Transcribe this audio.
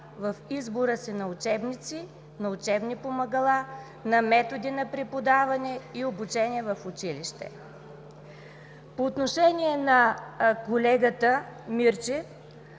в избора си на учебници, на учебни помагала, на методи на преподаване и обучение в училище. По отношение на колегата Мирчев.